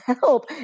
help